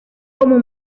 como